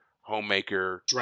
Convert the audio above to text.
homemaker